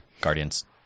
Guardians